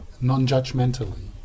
non-judgmentally